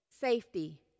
safety